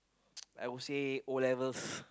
uh I would said O-levels